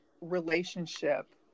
relationship